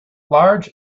large